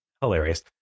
Hilarious